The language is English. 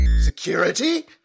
security